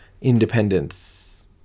independence